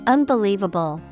Unbelievable